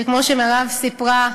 שכמו שמירב סיפרה,